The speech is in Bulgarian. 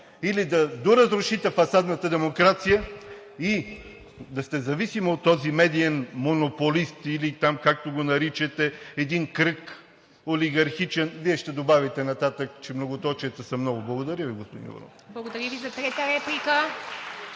или да доразрушите фасадната демокрация, и да сте зависими от този медиен монополист, или там, както го наричате, един кръг олигархичен, Вие ще добавите нататък, че многоточията са много. Благодаря Ви, господин Иванов. (Ръкопляскания от ДПС.)